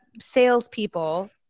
salespeople